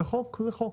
וחוק זה חוק.